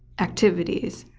activities,